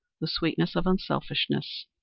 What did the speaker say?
the sweetness of unselfishness.